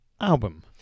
album